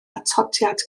atodiad